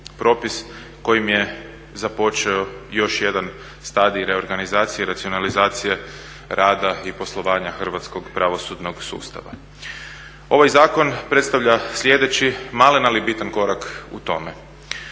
kojim je započeo još jedan stadij reorganizacije i racionalizacije rada i poslovanja hrvatskog pravosudnog sustava. Ovaj zakon predstavlja sljedeći malen ali bitan korak u tome.